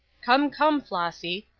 come, come, flossy,